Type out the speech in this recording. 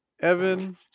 Evan